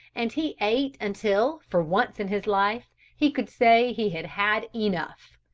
and he ate until for once in his life he could say he had had enough.